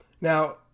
Now